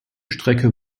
strecke